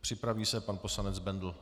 připraví se pan poslanec Bendl.